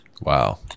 Wow